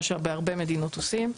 מה שבהרבה מדינות עושים,